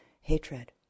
hatred